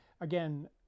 again